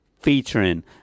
Featuring